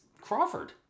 Crawford